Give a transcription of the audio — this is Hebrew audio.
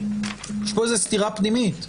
יש פה איזה סתירה פנימית.